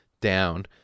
down